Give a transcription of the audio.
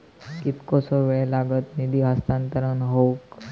कितकोसो वेळ लागत निधी हस्तांतरण हौक?